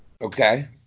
Okay